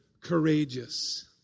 courageous